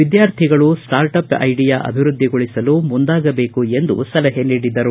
ವಿದ್ಯಾರ್ಥಿಗಳು start up idea ಅಭಿವೃದ್ಧಿಪಡಿಸಲು ಮುಂದಾಗಬೇಕು ಎಂದು ಸಲಹೆ ನೀಡಿದರು